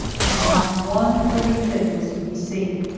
and not one living thing was to be seen,